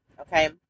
okay